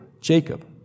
Jacob